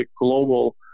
global